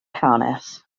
hanes